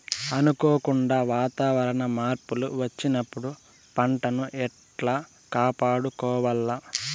అనుకోకుండా వాతావరణ మార్పులు వచ్చినప్పుడు పంటను ఎట్లా కాపాడుకోవాల్ల?